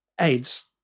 AIDS